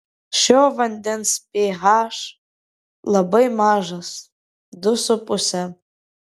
šio vandens ph labai mažas du su puse